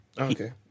okay